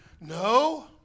No